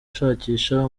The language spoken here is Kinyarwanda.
ashakisha